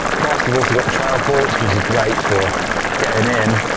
plus you've also got trailforks which is great for getting in,